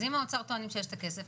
אז אם האוצר טוענים שיש את הכסף,